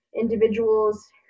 individuals